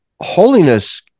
holiness